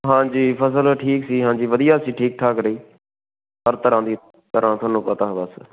ਹਾਂਜੀ ਫਸਲ ਠੀਕ ਸੀ ਹਾਂਜੀ ਵਧੀਆ ਸੀ ਠੀਕ ਠਾਕ ਰਹੀ ਹਰ ਤਰ੍ਹਾਂ ਦੀ ਤਰ੍ਹਾਂ ਤੁਹਾਨੂੰ ਪਤਾ ਬਸ